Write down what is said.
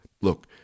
Look